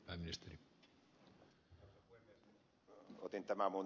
otin tämän aamun lehdestä tämän ed